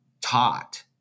taught